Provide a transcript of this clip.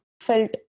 felt